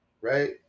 Right